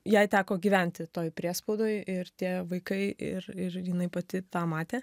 jai teko gyventi toj priespaudoj ir tie vaikai ir ir jinai pati tą matė